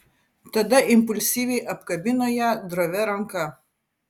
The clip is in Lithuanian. tada impulsyviai apkabino ją drovia ranka